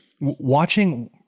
Watching